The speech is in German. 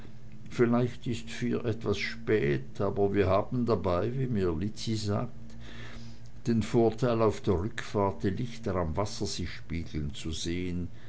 vielleicht ist vier etwas spät aber wir haben dabei wie mir lizzi sagt den vorteil auf der rückfahrt die lichter im wasser sich spiegeln zu sehen